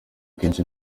kenshi